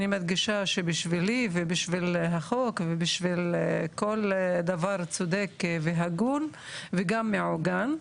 אני מדגישה שבשבילי ובשביל החוק ובשביל כל דבר צודק והגון וגם מעוגן,